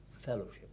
Fellowship